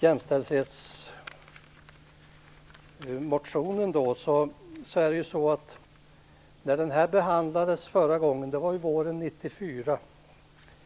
När motionen om jämställdhet behandlades förra gången våren 1994